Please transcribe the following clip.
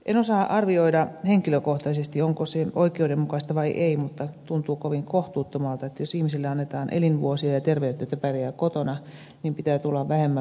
en osaa arvioida henkilökohtaisesti onko se oikeudenmukaista vai ei mutta tuntuu kovin kohtuuttomalta että jos ihmiselle annetaan elinvuosia ja terveyttä että pärjää kotona niin pitää tulla vähemmällä toimeen kituuttamalla